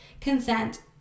consent